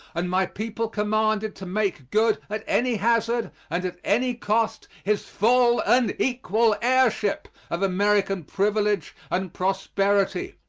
and my people commanded to make good at any hazard, and at any cost, his full and equal heirship of american privilege and prosperity.